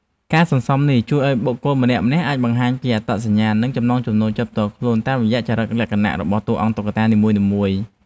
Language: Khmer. ការសន្សំនេះជួយឱ្យបុគ្គលម្នាក់ៗអាចបង្ហាញពីអត្តសញ្ញាណ និងចំណង់ចំណូលចិត្តផ្ទាល់ខ្លួនតាមរយៈចរិតលក្ខណៈរបស់តុក្កតានីមួយៗ។